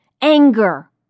anger